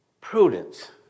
Prudence